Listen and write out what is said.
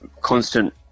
constant